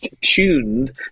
tuned